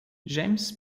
james